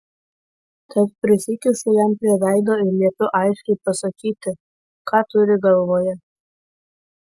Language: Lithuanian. tad prisikišu jam prie veido ir liepiu aiškiai pasakyti ką turi galvoje